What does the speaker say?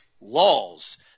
laws